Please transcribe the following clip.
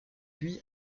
lui